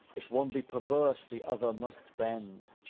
if one be perverse the other must bend.